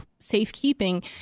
safekeeping